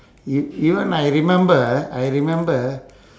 e~ even I remember ah I remember